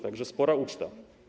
Tak że spora uczta.